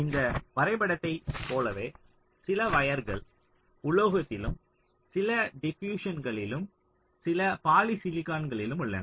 இந்த வரைபடத்தைப் போலவே சில வயர்கள் உலோகத்திலும் சில டிபியுஸ்சன்களிலும் சில பாலிசிலிகானிலும் உள்ளன